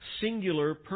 singular